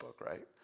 right